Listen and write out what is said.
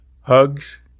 hugs